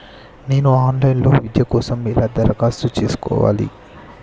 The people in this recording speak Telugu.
నేను ఆన్ లైన్ విద్య కోసం ఎలా దరఖాస్తు చేసుకోవాలి?